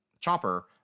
Chopper